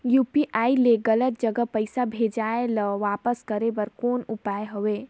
UPI ले गलत जगह पईसा भेजाय ल वापस करे बर कौन उपाय हवय?